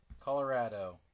Colorado